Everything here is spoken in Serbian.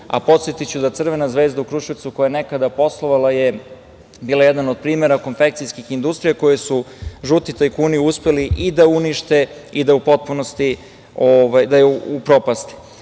Podsetiću da je "Crvena zvezda" u Kruševcu, koja je nekada poslovala, bila jedan od primera konfekcijskih industrija koju su žuti tajkuni uspeli i da unište i da u potpunosti